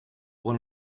one